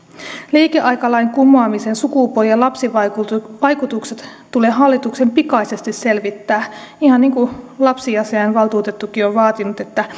liikeaikalain kumoamisen sukupuoli ja lapsivaikutukset tulee hallituksen pikaisesti selvittää ihan niin kuin lapsiasiavaltuutettukin on on vaatinut että